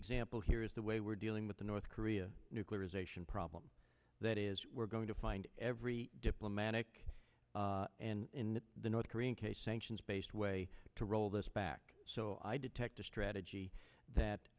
example here is the way we're dealing with the north korea nuclear is a sion problem that is we're going to find every diplomatic and in the north korean case sanctions based way to roll this back so i detect a strategy that